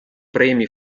premi